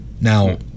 Now